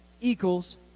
equals